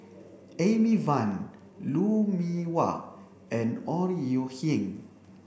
Amy Van Lou Mee Wah and Ore Huiying